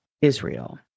Israel